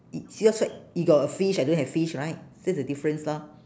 i~ seahorse flag you got a fish I don't have fish right that's the difference lor